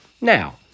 Now